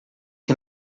que